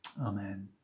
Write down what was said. Amen